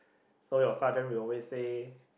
so your sergeant will always say